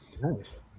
Nice